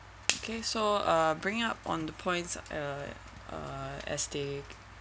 okay so uh bringing up on the points uh uh as they